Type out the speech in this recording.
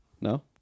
No